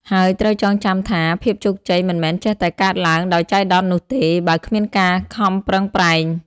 ហើយត្រូវចងចាំថា ភាពជោគជ័យមិនមែនចេះតែកើតឡើងដោយចៃដន្យនោះទេ បើគ្មានការខំប្រឹងប្រែង។